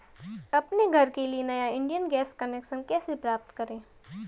अपने घर के लिए नया इंडियन गैस कनेक्शन कैसे प्राप्त करें?